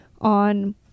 on